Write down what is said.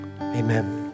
Amen